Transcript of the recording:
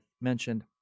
mentioned